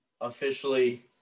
officially